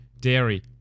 dairy